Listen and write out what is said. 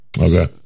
okay